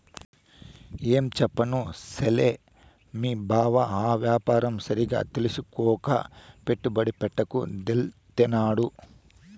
ఏంచెప్పను సెల్లే, మీ బావ ఆ యాపారం సరిగ్గా తెల్సుకోక పెట్టుబడి పెట్ట కుదేలైనాడు